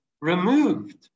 removed